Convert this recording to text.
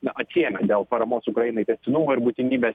na atsiėmė dėl paramos ukrainai tęstinumo ir būtinybės